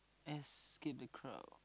escape the crowd